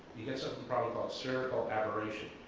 you get a problem called spherical aberration,